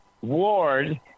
ward